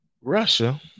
Russia